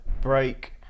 break